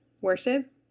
worship